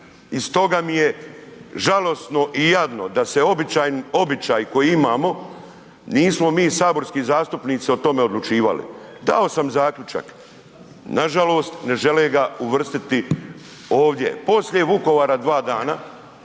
I stoga mi je žalosno i jadno da se običaji koje imamo, nismo mi saborski zastupnici o tome odlučivali. Dao sam zaključak, nažalost ne žele ga uvrstiti ovdje.